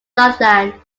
jutland